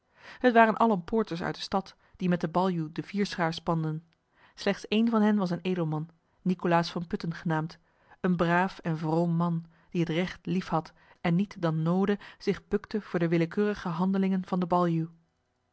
het waren allen poorters uit de stad die met den baljuw de vierschaar spanden slechts één van hen was een edelman nicolaas van putten genaamd een braaf en vroom man die het recht liefhad en niet dan noode zich bukte voor de willekeurige handelingen van den baljuw